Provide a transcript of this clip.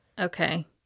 Okay